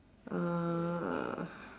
uh